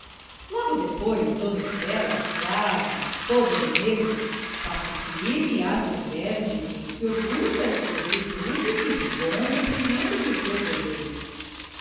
logo depois dona estela grave toda de negro passo firme e ar severo de quem se orgulha das suas virtudes e do bom cumprimento dos seus deveres